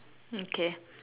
okay